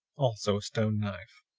also a stone knife.